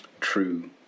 True